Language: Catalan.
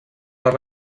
les